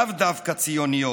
לאו דווקא ציוניות,